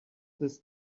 this